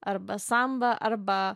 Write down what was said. arba sambą arba